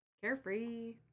carefree